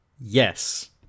yes